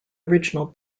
original